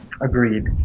Agreed